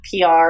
pr